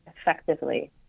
effectively